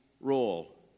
role